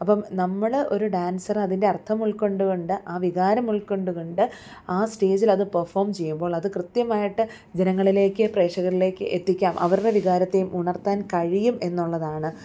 അപ്പം നമ്മൾ ഒരു ഡാൻസറ് അതിൻ്റെ അർത്ഥം ഉൾക്കൊണ്ടു കൊണ്ട് ആ വികാരം ഉൾക്കൊണ്ടു കൊണ്ട് ആ സ്റ്റേജിൽ അത് പെർഫോം ചെയ്യുമ്പോൾ അത് കൃത്യമായിട്ട് ജനങ്ങളിലേക്ക് പ്രേഷകരിലേക്ക് എത്തിക്കാം അവരുടെ വികാരത്തെയും ഉണർത്താൻ കഴിയും എന്നുള്ളതാണ്